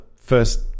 first